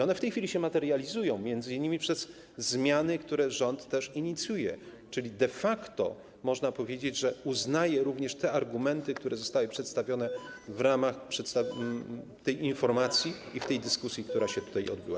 One w tej chwili się materializują, m.in. przez zmiany, które rząd też inicjuje, czyli de facto można powiedzieć, że uznaje również te argumenty, które zostały przedstawione w ramach tej informacji i tej dyskusji, która się tutaj odbyła.